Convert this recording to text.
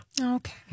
Okay